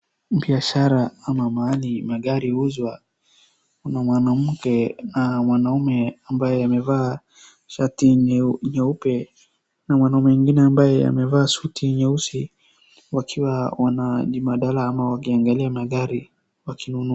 Biashara ama mahali magari huuzwa. Kuna mwanamke na mwanaume ambaye amevaa shati nyeupe na mwanaume mwingine ambaye amevaa suti nyeusi wakiwa wana ama wakiangalia magari wakinunua.